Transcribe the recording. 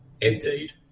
Indeed